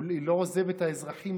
היא לא עוזבת את האזרחים.